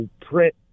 print